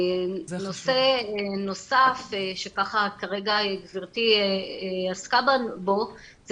נושא נוסף שכרגע גבירתי עסקה בו זה